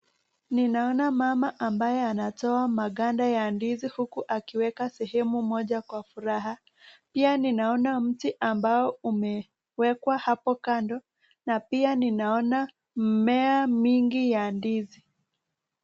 Ninaona mama ambaye anatowa maganda ya ndizi huku akiweka sehemu moja kwa furaha pia ninaona mti ambao umewekwa hapo kando na pia ninaona mimea mingi ya ndizi.